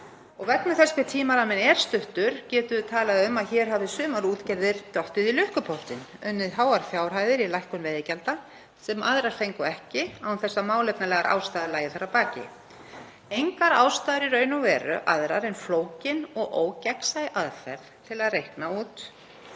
og vegna þess hve tímaramminn er stuttur getum við talað um að hér hafi sumar útgerðir dottið í lukkupottinn, unnið háar fjárhæðir í lækkun veiðigjalda, sem aðrar fengu ekki, án þess að málefnalegar ástæður lægju þar að baki, engar ástæður í raun og veru aðrar en flóknar og ógagnsæjar aðferðir til að reikna út